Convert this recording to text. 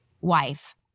wife